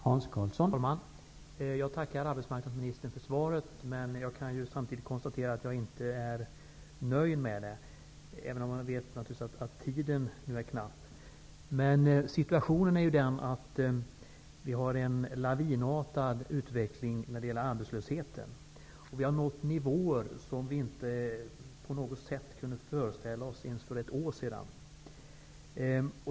Herr talman! Jag tackar arbetsmarknadsministern för svaret. Jag kan samtidigt konstatera att jag inte är nöjd med det, även om jag vet att tiden är knapp. Vi har en lavinartad utveckling av arbetslösheten. Vi har nått nivåer som vi inte kunde föreställa oss för ett år sedan.